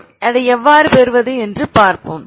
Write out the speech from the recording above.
நாம் அதைப் பார்ப்போம்